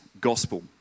gospel